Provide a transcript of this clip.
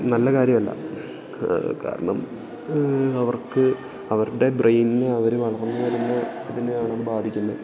നല്ല കാര്യമല്ല കാരണം അവർക്ക് അവരുടെ ബ്രെയിനിന് അവര് വളർന്നു വരുന്ന അതിനെയാണ് അതു ബാധിക്കുന്നത്